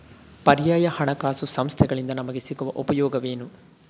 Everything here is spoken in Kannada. ಪರ್ಯಾಯ ಹಣಕಾಸು ಸಂಸ್ಥೆಗಳಿಂದ ನಮಗೆ ಸಿಗುವ ಉಪಯೋಗವೇನು?